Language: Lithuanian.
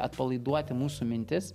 atpalaiduoti mūsų mintis